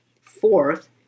Fourth